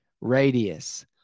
radius